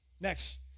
Next